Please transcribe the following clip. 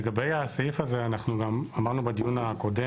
לגבי הסעיף הזה אנחנו אמרנו גם בדיון הקודם